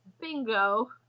bingo